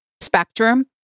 spectrum